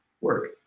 work